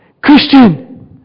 Christian